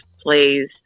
plays